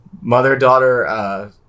mother-daughter